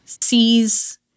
sees